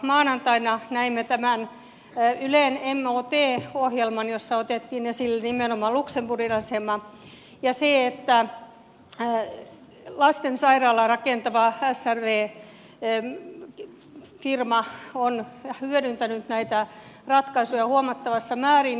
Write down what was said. maanantaina näimme ylen mot ohjelman jossa otettiin esille nimenomaan luxemburgin asema ja se että lastensairaalaa rakentava srv firma on hyödyntänyt näitä ratkaisuja huomattavassa määrin